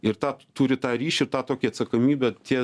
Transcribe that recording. ir tą turi tą ryšį ir tą tokią atsakomybę ties